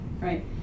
right